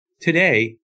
Today